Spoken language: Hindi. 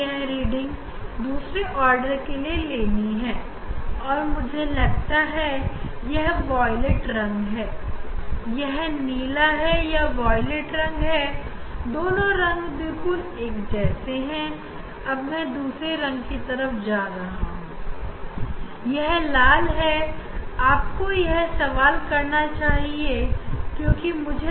यहां से हम दूसरे आर्डर के लिए उसने पाए जाने वाले रंग जैसे कि नीला या वॉयलेट पर पर क्रॉसवायर को रखकर उसका रीडिंग लेंगे इसके बाद हम दूसरे रंग जो कि लाल है उस पर क्रॉसवायर को ले जाकर रीडिंग लेंगे